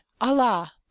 allah